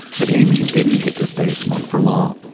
but amy didn't get to stay smug for long.